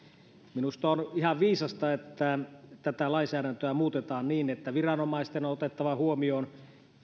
minusta on ihan viisasta että tätä lainsäädäntöä muutetaan niin että viranomaisten on otettava huomioon